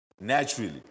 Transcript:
Naturally